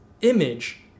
image